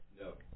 No